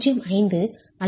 05 அல்லது 0